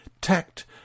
tact